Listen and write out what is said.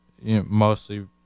mostly